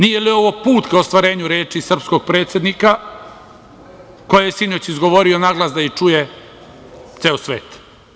Nije li ovo put ka ostvarenju reči srpskog predsednika, koje je sinoć izgovorio naglas da ih čuje ceo svet?